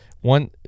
one